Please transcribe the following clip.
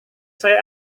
saya